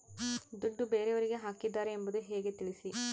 ದುಡ್ಡು ಬೇರೆಯವರಿಗೆ ಹಾಕಿದ್ದಾರೆ ಎಂಬುದು ಹೇಗೆ ತಿಳಿಸಿ?